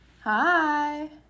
Hi